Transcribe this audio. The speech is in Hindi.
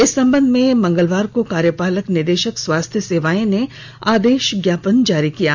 इस संबंध में मंगलवार को कार्यपालक निदेशक स्वास्थ्य सेवाएं ने आदेश ज्ञापन जारी किया है